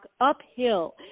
uphill